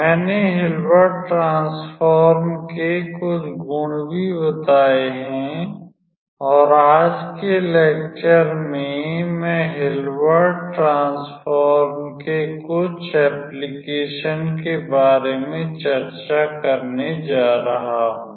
मैंने Hilbert transform के कुछ गुण भी बताए हैं और आज के लेक्चर में मैं हिल्बर्ट ट्रांसफॉर्म के कुछ अनुप्रयोग के बारे में चर्चा करने जा रहा हूं